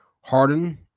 Harden